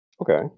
Okay